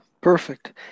Perfect